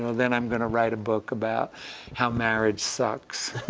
then i'm going to write a book about how marriage sucks,